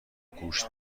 گوشت